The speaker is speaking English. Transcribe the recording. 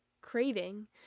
craving